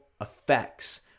effects